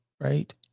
right